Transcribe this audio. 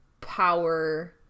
power